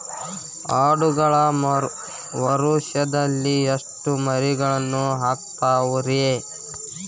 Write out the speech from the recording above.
ಆಡುಗಳು ವರುಷದಲ್ಲಿ ಎಷ್ಟು ಮರಿಗಳನ್ನು ಹಾಕ್ತಾವ ರೇ?